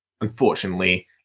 unfortunately